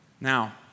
Now